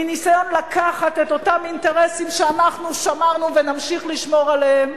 מניסיון לקחת את אותם אינטרסים שאנחנו שמרנו ונמשיך לשמור עליהם,